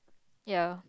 ya